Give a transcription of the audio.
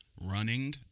running